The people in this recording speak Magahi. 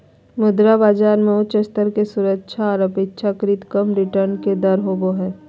मुद्रा बाजार मे उच्च स्तर के सुरक्षा आर अपेक्षाकृत कम रिटर्न के दर होवो हय